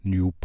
New